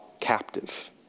captive